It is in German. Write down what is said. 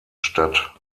statt